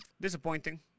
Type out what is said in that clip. disappointing